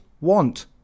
want